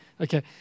Okay